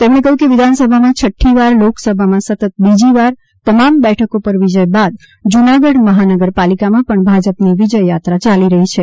તેમણે કહ્યું કે વિધાનસભામાં છઠ્ઠીવાર લોકસભામાં સતત બીજી વાર તમામ બેઠકો પર વિજય બાદ જૂનાગઢ મહાનગરપાલિકામાં પણ ભાજપની વિજયયાત્રા ચાલી રહી છે